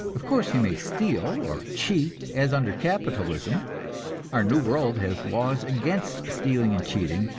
of course, he may steal, or cheat, as under capitalism our new world has laws against stealing and cheating,